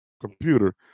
computer